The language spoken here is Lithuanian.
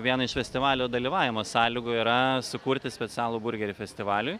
viena iš festivalio dalyvavimo sąlygų yra sukurti specialų burgerį festivaliui